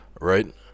right